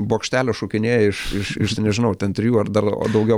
bokštelio šokinėja iš iš iš nežinau ten trijų ar dar daugiau